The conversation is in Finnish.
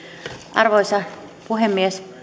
arvoisa puhemies